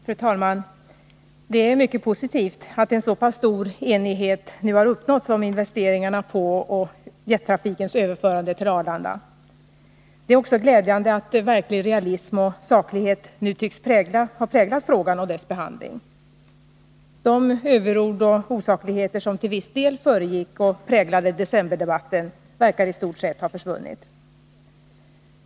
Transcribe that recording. Fru talman! Det är mycket positivt att en stor enighet nu har uppnåtts om investeringarna på och jettrafikens överförande till Arlanda. Det är också glädjande att verklig realism och saklighet nu tycks ha präglat frågan och dess behandling. De överord och osakligheter som till viss del föregick och präglade decemberdebatten verkar i stort sett ha försvunnit.